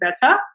better